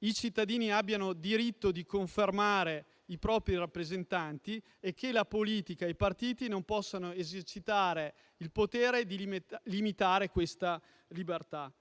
i cittadini abbiano diritto di confermare i propri rappresentanti e che la politica e i partiti non possano esercitare il potere di limitare questa libertà.